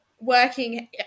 working